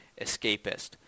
escapist